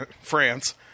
France